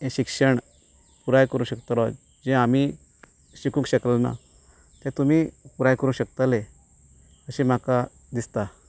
हें शिक्षण पुराय करूं शकतलो जें आमी शिकूंक शकलें ना तें तुमी पुराय करूं शकतले अशें म्हाका दिसता